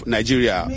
Nigeria